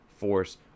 force